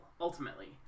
ultimately